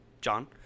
John